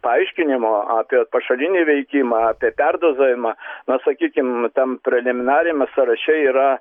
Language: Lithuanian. paaiškinimo apie pašalinį veikimą apie perdozavimą na sakykim tam preliminariame sąraše yra